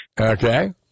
Okay